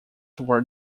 were